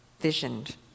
visioned